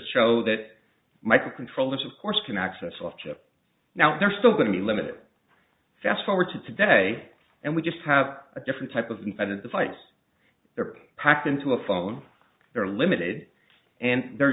show that my controllers of course can access off chip now they're still going to be limited fast forward to today and we just have a different type of a device they're packed into a phone they're limited and they're